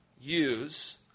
use